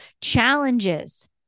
challenges